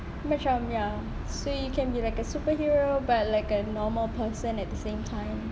macam ya so you can be like a superhero but like a normal person at the same time